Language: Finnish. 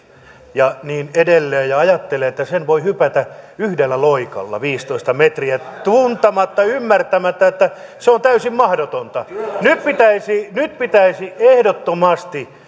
ja niin edelleen ja ajattelee että voi hypätä yhdellä loikalla viisitoista metriä tuntematta ymmärtämättä että se on täysin mahdotonta nyt pitäisi nyt pitäisi ehdottomasti